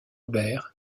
bert